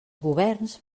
governs